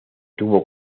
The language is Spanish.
tubo